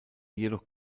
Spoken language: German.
jedoch